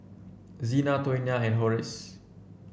Zina Tawnya and Horace